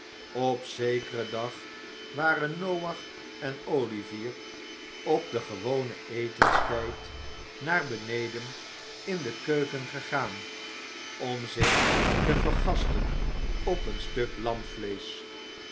op zekeren dag waren noach en olivier op den gewonen etenstijd naar beneden in de keuken gegaan om zich te vergasten op een stuk